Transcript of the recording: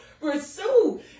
pursue